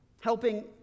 helping